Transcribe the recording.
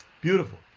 Beautiful